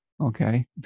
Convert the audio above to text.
okay